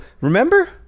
remember